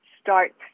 start